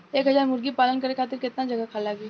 एक हज़ार मुर्गी पालन करे खातिर केतना जगह लागी?